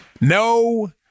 no